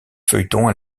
feuilletons